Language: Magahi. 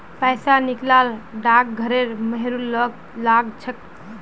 पैसा निकला ल डाकघरेर मुहर लाग छेक